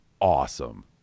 awesome